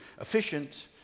efficient